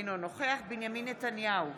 אינו נוכח בנימין נתניהו,